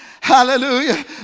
Hallelujah